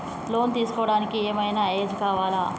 Loan తీస్కోవడానికి ఏం ఐనా ఏజ్ కావాలా?